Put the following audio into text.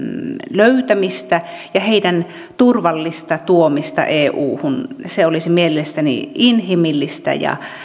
löytämistä ja heidän turvallista tuomistaan euhun se olisi mielestäni inhimillistä ja